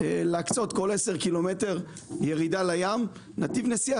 כל עשרה קילומטר להקצות ירידה לים - נתיב נסיעה,